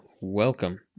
welcome